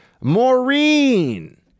maureen